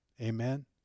Amen